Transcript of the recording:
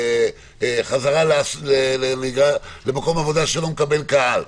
בחזרה למקום עבודה שלא מקבל קהל.